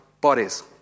bodies